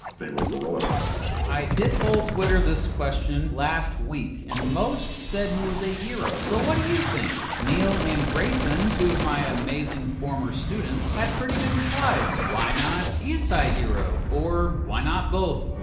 they were guerilla fighters. i did poll twitter this question last week. and most said he was a hero. but what do you think? neil and grayson, two of my amazing former students, had pretty good replies. why not anti-hero? or, why not both?